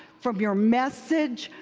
from your message,